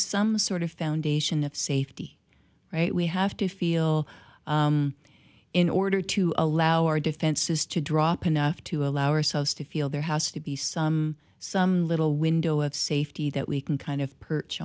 some sort of foundation of safety right we have to feel in order to allow our defenses to drop enough to allow ourselves to feel there has to be some some little window of safety that we can kind of perch